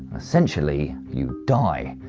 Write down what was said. essentially. you'd die,